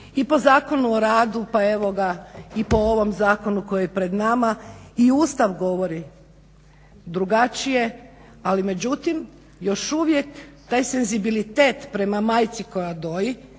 i po Zakonu o radu, pa evo ga i po ovom zakonu koji je pred nama. I Ustav govori drugačije, ali međutim još uvijek taj senzibilitet prema majci koja doji,